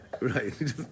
Right